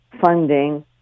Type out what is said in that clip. funding